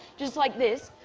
just like this,